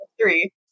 three